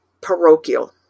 parochial